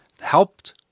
helped